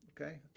Okay